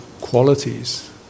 qualities